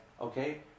okay